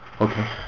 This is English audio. Okay